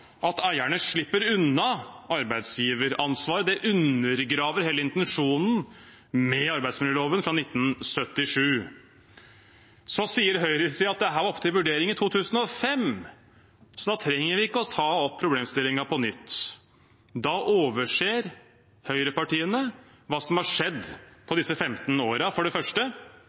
at eierne slipper unna arbeidsgiveransvar. Det undergraver hele intensjonen med arbeidsmiljøloven fra 1977. Høyresiden sier at dette var oppe til vurdering i 2005, så da trenger vi ikke å ta opp problemstillingen på nytt. Da overser høyrepartiene hva som har skjedd på disse 15 årene: for det første